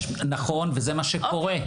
נכון וזה מה שקורה.